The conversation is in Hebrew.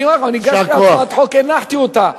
אני אומר לך, הגשתי הצעת חוק, הנחתי אותה,